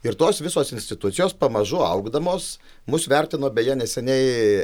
ir tos visos institucijos pamažu augdamos mus vertino beje neseniai